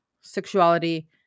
sexuality